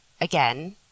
again